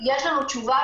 יש לנו תשובה,